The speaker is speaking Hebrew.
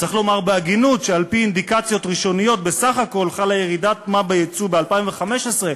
ירידה של 7% בייצוא סחורות ושירותים.